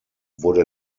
wurde